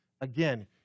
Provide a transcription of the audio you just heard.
Again